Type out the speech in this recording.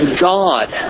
God